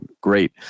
great